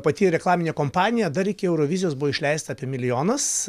pati reklaminė kompanija dar iki eurovizijos buvo išleista apie milijonas